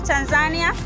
Tanzania